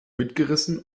mitgerissen